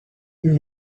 you